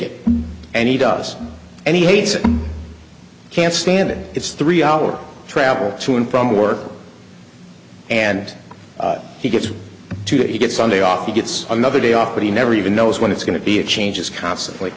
it and he does and he hates it can't stand it it's three hours travel to and from work and he gets to do it he gets on the off he gets another day off but he never even knows when it's going to be it changes constantly